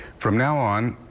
from now on,